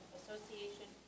association